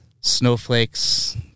snowflakes –